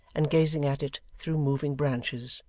and gazing at it through moving branches,